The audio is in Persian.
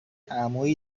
عمویی